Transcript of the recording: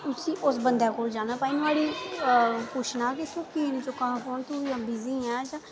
की उस बंदे कोल जाना नुहाड़े पुच्छना कि तुस कीऽ निं चुक्का ना फोन जां तू बिजी आं